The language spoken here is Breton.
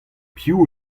piv